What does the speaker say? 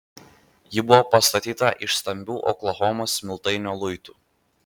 ji buvo pastatyta iš stambių oklahomos smiltainio luitų